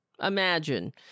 imagine